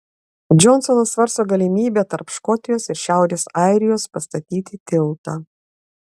džonsonas svarsto galimybę tarp škotijos ir šiaurės airijos pastatyti tiltą